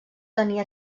tenir